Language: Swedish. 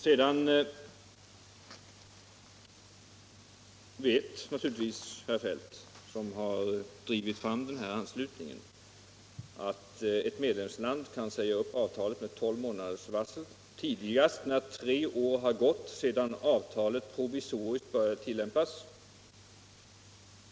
Sedan vet naturligtvis herr Feldt, som har drivit fram den här anslutningen, att ett medlemsland kan säga upp avtalet med tolv månaders varsel tidigast när tre år har gått sedan avtalet provisoriskt började tilllämpas.